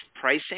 Pricing